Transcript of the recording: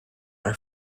are